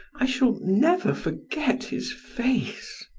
i shall never forget his face.